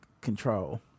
control